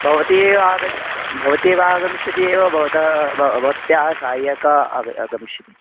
भवती एव आग भवती एव आगमिष्यति एव भवत्याः भवती भवत्याः सहायकः आग आगमिष्यति